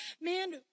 man